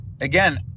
Again